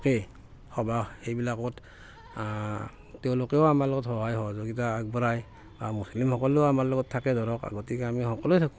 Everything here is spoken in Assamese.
সেই সভা সেইবিলাকত তেওঁলোকেও আমাৰ লগত সহায় সহযোগীতা আগবঢ়ায় বা মুছলিমসকলেও আমাৰ লগত থাকে ধৰক গতিকে আমি সকলোৱে থাকোঁ